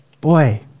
boy